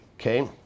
okay